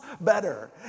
better